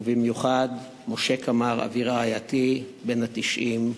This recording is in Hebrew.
ובמיוחד משה קמר, אבי רעייתי, בן ה-90,